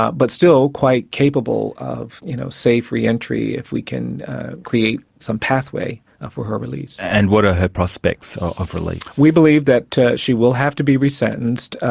but still quite capable of you know, safe re-entry if we can create some pathway ah for her release. and what are her prospects of release? we believe that she will have to be resentenced.